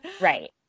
Right